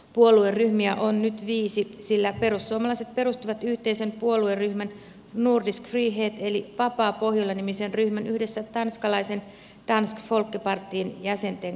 puolueryhmiä on nyt viisi sillä perussuomalaiset perustivat yhteisen puolueryhmän nordisk frihet eli vapaa pohjola nimisen ryhmän yhdessä tanskalaisen dansk folkepartin jäsenten kanssa